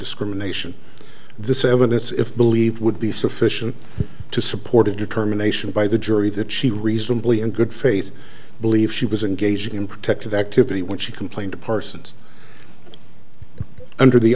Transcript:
discrimination this evidence if believed would be sufficient to support a determination by the jury that she reasonably in good faith believe she was engaging in protective activity when she complained to parsons under the